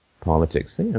politics